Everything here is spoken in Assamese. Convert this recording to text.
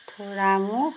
ধোৰামুখ